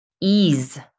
ease